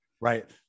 Right